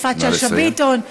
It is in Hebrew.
יפעת שאשא ביטון,